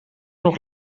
nog